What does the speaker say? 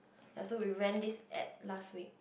ya so we ran this app last week